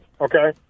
okay